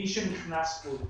מי שנכנס כאן,